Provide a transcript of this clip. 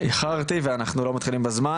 שאיחרתי ואנחנו לא מתחילים בזמן,